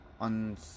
on